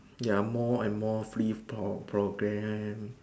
ya more and more free program